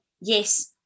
yes